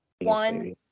one